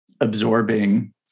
absorbing